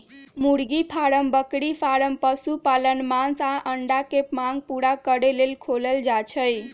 मुर्गी फारम बकरी फारम पशुपालन मास आऽ अंडा के मांग पुरा करे लेल खोलल जाइ छइ